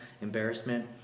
Embarrassment